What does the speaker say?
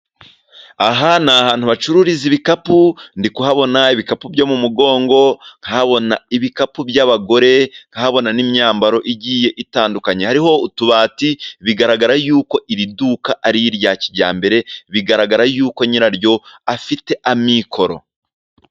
Aha ni ahantu hacururizwa ibikapu, ndi kuhabona ibikapu byo mu mugongo, nkahabona ibikapu by'abagore nkahabona n'imyambaro igiye itandukanye, hariho utubati bigaragara yuko iri duka ari irya kijyambere, yuko nyiraryo afite amikoro.